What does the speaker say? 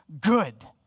good